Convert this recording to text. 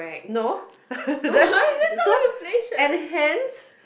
no there so and hence